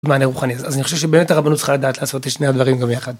מענה רוחנית אז אני חושב שבאמת הרבנות צריכה לדעת לעשות את שני הדברים גם יחד.